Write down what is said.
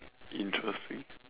interesting